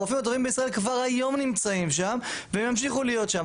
הרופאים הטובים בישראל כבר היום נמצאים שם והם ימשיכו להיות שם.